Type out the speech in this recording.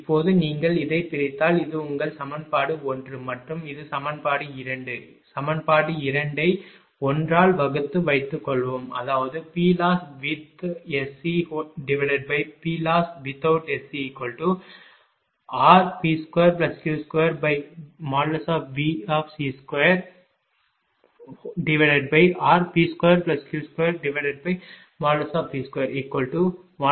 இப்போது நீங்கள் இதைப் பிரித்தால் இது உங்கள் சமன்பாடு 1 மற்றும் இது சமன்பாடு 2 சமன்பாடு 2 ஐ 1 ஆல் வகுத்து வைத்துக்கொள்வோம் அதாவது PLosswith SCPLosswithout SCrP2Q2Vc2rP2Q2V2V2Vc2